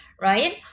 right